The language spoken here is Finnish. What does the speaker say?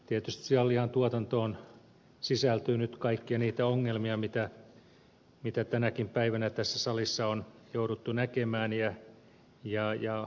tietysti sianlihan tuotantoon sisältyy nyt kaikkia niitä ongelmia mitä tänäkin päivänä tässä salissa on jouduttu näkemään ja jouduttu toteamaan ja kohtaamaan